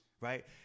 right